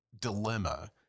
dilemma